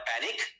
panic